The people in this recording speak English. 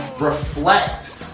reflect